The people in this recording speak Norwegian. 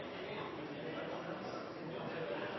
som til nå har